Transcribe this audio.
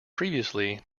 previously